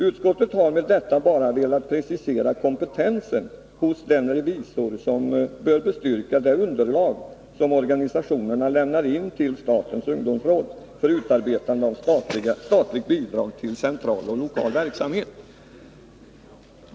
Utskottet har med detta bara velat precisera kompetensen hos den revisor som bör bestyrka det underlag som organisationerna lämnar in till statens ungdomsråd för utarbetande av statligt bidrag till central och lokal verksamhet.